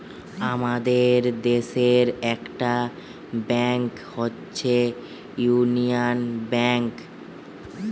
আমাদের দেশের একটা ব্যাংক হচ্ছে ইউনিয়ান ব্যাঙ্ক